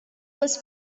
was